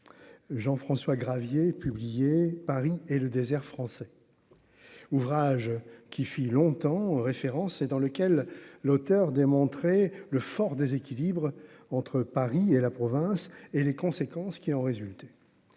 Jean-François Gravier publié Paris et le désert français, ouvrage qui fit longtemps référence et dans lequel l'auteur démontrer le fort déséquilibre entre Paris et la province et les conséquences qui en résultent